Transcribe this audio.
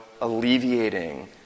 alleviating